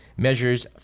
measures